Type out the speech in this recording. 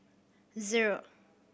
zero